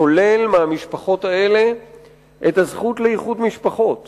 שולל מהמשפחות האלה את הזכות לאיחוד משפחות